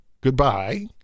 Goodbye